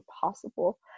possible